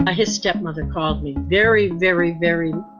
ah his stepmother called me very, very, very.